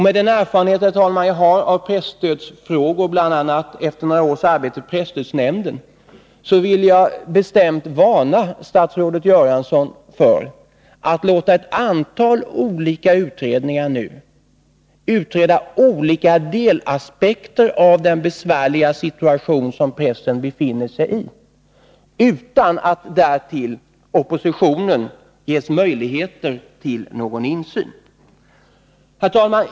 Med den erfarenhet som jag har av presstödsfrågor, bl.a. efter några års arbete i presstödsnämnden, vill jag bestämt varna statsrådet Göransson för att nu låta ett antal olika utredningar behandla delaspekter av den besvärliga situation som pressen befinner sig i utan att oppositionen ges möjligheter till någon insyn. Herr talman!